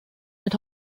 mit